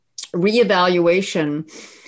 reevaluation